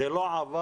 זה לא עבר,